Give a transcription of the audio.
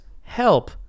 Help